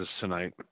tonight